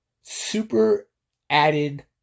super-added